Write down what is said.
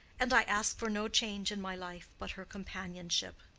and i ask for no change in my life but her companionship.